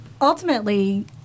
Ultimately